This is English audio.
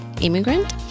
immigrant